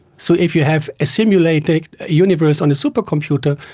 so if you have a simulated universe on a supercomputer,